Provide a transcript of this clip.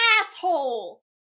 asshole